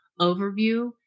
overview